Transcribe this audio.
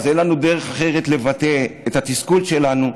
אז אין לנו דרך אחרת לבטא את התסכול שלנו,